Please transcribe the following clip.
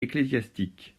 ecclésiastiques